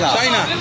China